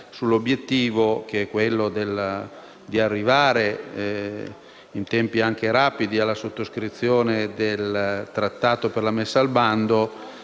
sull'obiettivo, che è quello di arrivare in tempi rapidi alla sottoscrizione del Trattato per la messa al bando,